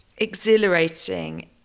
exhilarating